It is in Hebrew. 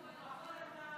ההסתייגות (43) של חברי הכנסת שלמה